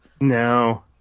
no